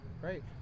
great